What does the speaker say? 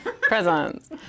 presents